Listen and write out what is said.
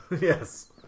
Yes